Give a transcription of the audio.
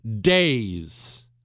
days